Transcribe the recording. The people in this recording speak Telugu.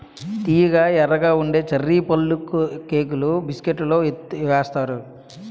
తియ్యగా ఎర్రగా ఉండే చర్రీ పళ్ళుకేకులు బిస్కట్లలో ఏత్తారు